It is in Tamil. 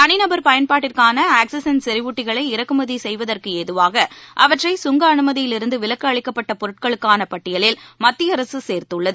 தனிநபர் பயன்பாட்டிற்கான ஆக்ஸிஐன் செநிவூட்டிகளை இறக்குமதி செய்வதற்கு ஏதுவாக அவற்றை சுங்க அனுமதியில் இருந்து விலக்கு அளிக்கப்பட்ட பொருட்களுக்கான பட்டியலில் மத்திய அரசு சேர்த்துள்ளது